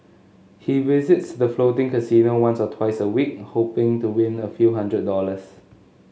he visits the floating casino once or twice a week hoping to win a few hundred dollars